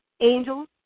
angels